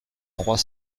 trois